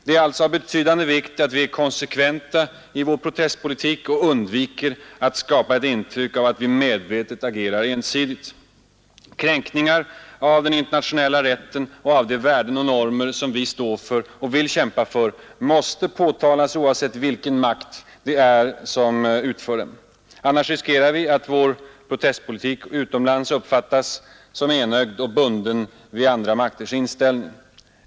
Det är alltså av betydande vikt att vi är konsekventa i vår protestpolitik och undviker att skapa ett intryck av att vi medvetet agerar ensidigt. Kränkningar av den internationella rätten och av de värden och normer som vi står för och vill kämpa för måste påtalas, oavsett vilken makt det är som utför dem. Annars riskerar vi att vår protestpolitik utomlands uppfattas som enögd och bunden vid andra makters inställning.